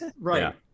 right